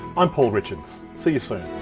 i'm paul richards, see you